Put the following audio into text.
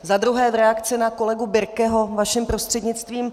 Za druhé v reakci na kolegu Birkeho vaším prostřednictvím.